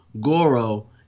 Goro